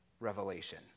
revelation